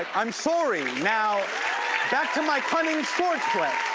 ah i'm sorry. now back to my cunning swordplay.